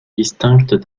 distinctes